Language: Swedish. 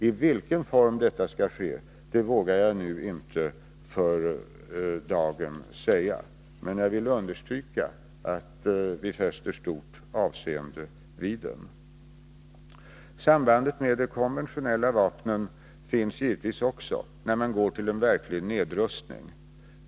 I vilken form detta skall ske vågar jag nu inte för dagen säga. Men jag vill understryka att vi fäster stort avseende vid den. Sambandet med de konventionella vapnen finns givetvis också när man går till en verklig nedrustning.